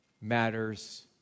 matters